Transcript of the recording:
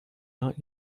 not